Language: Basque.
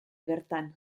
bertan